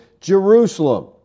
Jerusalem